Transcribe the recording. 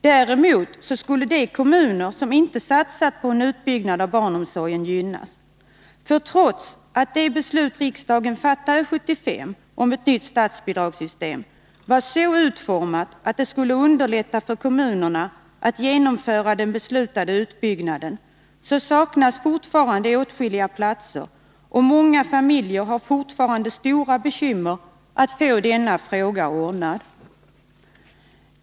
Däremot skulle de kommuner som inte satsat på en utbyggnad av barnomsorgen gynnas, för trots att det beslut riksdagen fattade 1975 om ett nytt statsbidrag var så utformat att det skulle underlätta för kommunerna att genomföra den beslutade utbyggnaden saknas fortfarande åtskilliga platser. Många familjer har fortfarande stora bekymmer när det gäller få denna fråga ordnad.